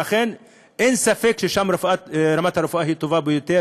שאכן אין ספק ששם רמת הרפואה היא טובה ביותר,